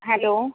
hello